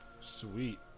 sweet